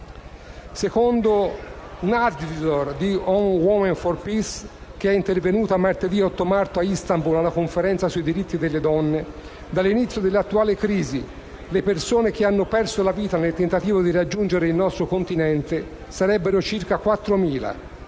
dell'associazione UN Women for peace, che è intervenuta martedì 8 marzo a Istanbul a una conferenza sui diritti delle donne, dall'inizio dell'attuale crisi le persone che hanno perso la vita nel tentativo di raggiungere il nostro continente sarebbero circa 4.000,